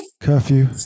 curfew